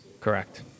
Correct